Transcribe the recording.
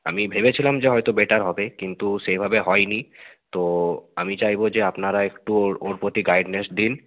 আমি ভেবেছিলাম যে হয়তো বেটার হবে কিন্তু সেভাবে হয়নি তো আমি চাইব যে আপনারা একটু ওর ওর প্রতি গাইডনেস দিন